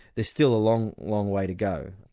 there's still a long long way to go.